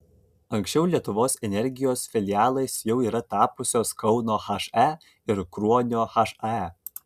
anksčiau lietuvos energijos filialais jau yra tapusios kauno he ir kruonio hae